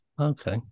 Okay